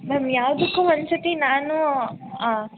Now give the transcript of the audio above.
ma'am ಯಾವುದಕ್ಕು ಒಂದ್ಸತಿ ನಾನು ಹಾಂ